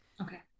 okay